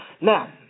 Now